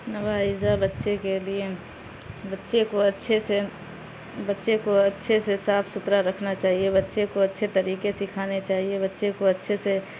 نوائزہ بچے کے لیے بچے کو اچھے سے بچے کو اچھے سے صاف ستھرا رکھنا چاہیے بچے کو اچھے طریقے سکھانے چاہیے بچے کو اچھے سے